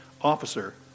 officer